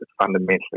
fundamentally